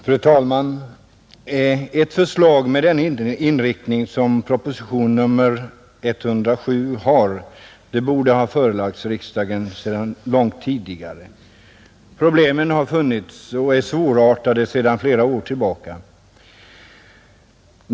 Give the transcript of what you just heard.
Fru talman! Ett förslag med den inriktning som propositionen 107 har borde ha förelagts riksdagen redan långt tidigare. Problemen har funnits och är svårartade sedan flera år tillbaka.